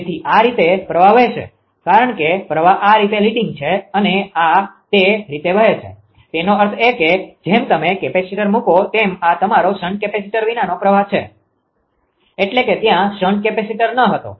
તેથી આ રીતે પ્રવાહ વહેશે કારણ કે પ્રવાહ આ રીતે લીડીંગ છે અને તે આ રીતે વહે છે તેનો અર્થ એ કે જેમ તમે કેપેસિટર મૂકો તેમ આ તમારો શન્ટ કેપેસિટર વિનાનો પ્રવાહ છે એટલે કે ત્યાં શન્ટ કેપેસિટર ન હતો